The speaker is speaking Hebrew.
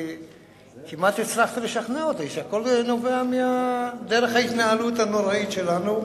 כמעט הצלחת לשכנע אותי שהכול נובע מדרך ההתנהלות הנוראית שלנו,